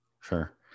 sure